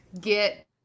get